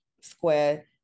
square